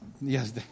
Yes